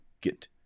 get